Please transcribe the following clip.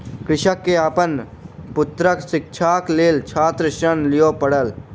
कृषक के अपन पुत्रक शिक्षाक लेल छात्र ऋण लिअ पड़ल